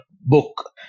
book